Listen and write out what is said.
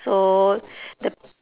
so the